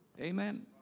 Amen